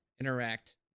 interact